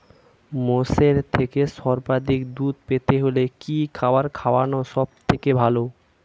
মোষের থেকে সর্বাধিক দুধ পেতে হলে কি খাবার খাওয়ানো সবথেকে ভালো?